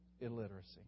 illiteracy